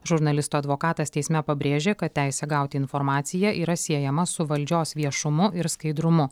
žurnalisto advokatas teisme pabrėžė kad teisė gauti informaciją yra siejama su valdžios viešumu ir skaidrumu